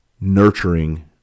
nurturing